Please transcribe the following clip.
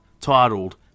titled